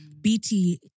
BT